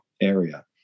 area